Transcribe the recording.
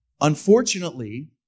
unfortunately